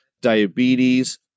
diabetes